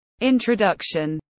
Introduction